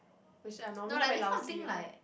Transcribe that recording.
which are normally quite lousy one